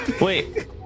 Wait